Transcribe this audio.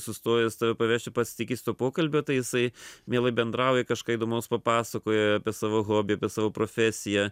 sustojęs tave pavežti pats tikis to pokalbio tai jisai mielai bendrauja kažką įdomaus papasakoja apie savo hobį apie savo profesiją